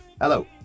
Hello